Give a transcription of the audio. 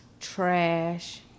Trash